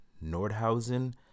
Nordhausen